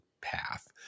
path